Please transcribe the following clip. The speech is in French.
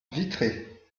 vitré